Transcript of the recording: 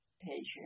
patient